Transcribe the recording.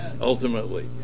ultimately